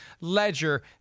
ledger